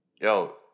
yo